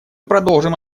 продолжим